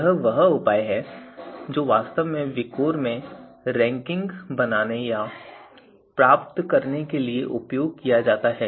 यह वह उपाय है जो वास्तव में विकोर में रैंकिंग बनाने या प्राप्त करने के लिए उपयोग किया जाता है